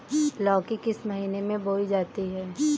लौकी किस महीने में बोई जाती है?